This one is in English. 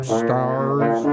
stars